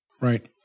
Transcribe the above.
right